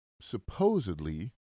supposedly